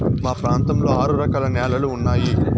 మా ప్రాంతంలో ఆరు రకాల న్యాలలు ఉన్నాయి